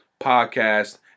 podcast